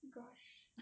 gosh